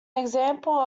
example